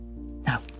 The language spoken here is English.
Now